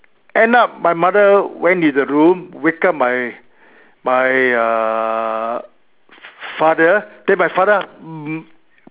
end up my mother went in the room wake up my my uh father then my father